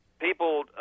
people